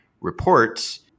reports